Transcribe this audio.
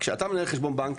כשאתה מנהל חשבון בנק